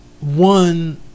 one